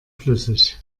flüssig